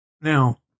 Now